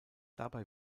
dabei